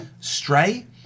Stray